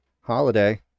Holiday